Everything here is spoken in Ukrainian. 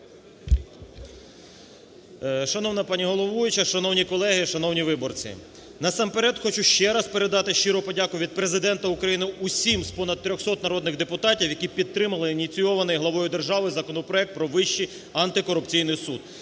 Шановна пані головуюча! Шановні колеги! Шановні виборці! Насамперед хочу ще раз передати щиро подяку від Президента України усім з понад 300 народних депутатів, які підтримали ініційований главою держави законопроект про Вищий антикорупційний суд.